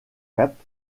cape